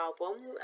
album